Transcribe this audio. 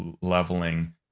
leveling